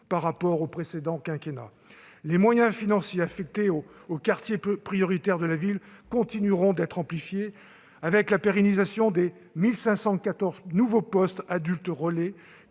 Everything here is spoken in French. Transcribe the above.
par rapport aux précédents quinquennats. Les moyens financiers affectés aux quartiers prioritaires de la ville continueront d'augmenter, avec la pérennisation des 1 514 nouveaux postes d'adultes-relais